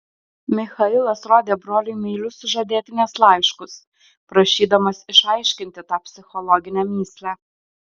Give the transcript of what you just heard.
michailas rodė broliui meilius sužadėtinės laiškus prašydamas išaiškinti tą psichologinę mįslę